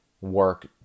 work